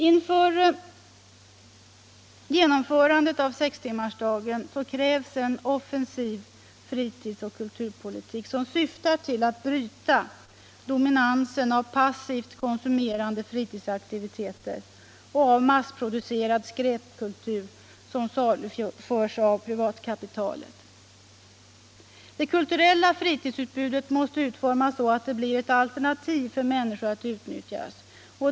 Inför genomförandet av sextimmarsdagen krävs en offensiv fritidsoch kulturpolitik, som syftar till att bryta dominansen av passivt konsumerade fritidsaktiviteter och av massproducerad skräpkultur som saluförs av privatkapitalet. Det kulturella fritidsutbudet måste utformas så att det blir ett alternativ för människor att utnyttja.